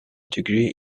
degree